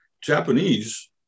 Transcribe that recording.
Japanese